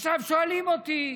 עכשיו שואלים אותי: